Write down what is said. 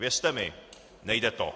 Věřte mi, nejde to.